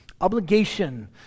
Obligation